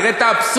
תראה את האבסורד.